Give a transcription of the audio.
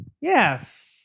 Yes